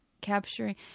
capturing